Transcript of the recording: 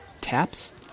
Taps